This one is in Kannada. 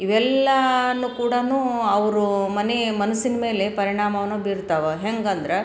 ಇವೆಲ್ಲಾ ಕೂಡ ಅವರು ಮನೆ ಮನ್ಸಿನ ಮೇಲೆ ಪರಿಣಾಮವನ್ನು ಬೀರ್ತವೆ ಹೆಂಗೆ ಅಂದ್ರೆ